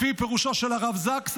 לפי פירושו של הרב זקס,